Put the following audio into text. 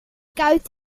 kuit